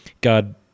God